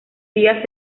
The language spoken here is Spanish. días